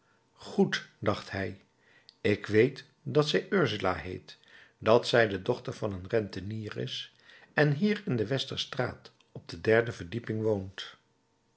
goed dacht hij ik weet dat zij ursula heet dat zij de dochter van een rentenier is en hier in de westerstraat op de derde verdieping woont